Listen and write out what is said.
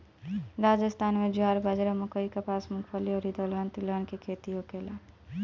राजस्थान में ज्वार, बाजारा, मकई, कपास, मूंगफली अउरी दलहन तिलहन के खेती होखेला